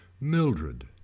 Mildred